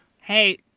Hey